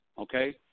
okay